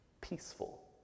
peaceful